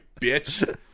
bitch